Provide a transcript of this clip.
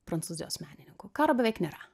prancūzijos menininkų karo beveik nėra